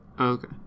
Okay